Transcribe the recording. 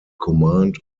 command